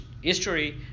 history